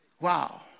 Wow